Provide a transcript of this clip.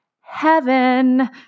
heaven